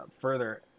further